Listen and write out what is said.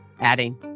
adding